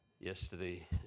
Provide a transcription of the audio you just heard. yesterday